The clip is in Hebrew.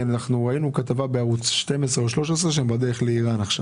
ראינו כתבה בערוץ 12 או 13 לפיה הם עכשיו בדרך לאיראן.